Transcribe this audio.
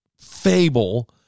fable